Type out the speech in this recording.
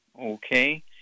Okay